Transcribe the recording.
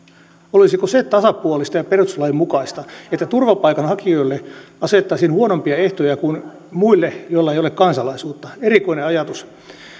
olisiko se tasapuolista ja perustuslain mukaista että turvapaikanhakijoille asetettaisiin huonompia ehtoja kuin muille joilla ei ole kansalaisuutta erikoinen ajatus